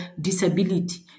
disability